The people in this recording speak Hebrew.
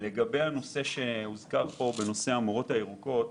נושא המורות הירוקות: